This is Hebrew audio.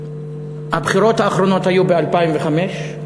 הבחירות האחרונות היו ב-2005,